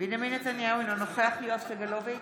בנימין נתניהו, אינו נוכח יואב סגלוביץ'